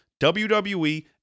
WWE